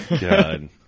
god